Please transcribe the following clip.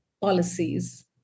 policies